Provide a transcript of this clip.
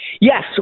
Yes